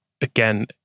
again